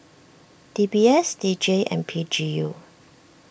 D B S D J and P G U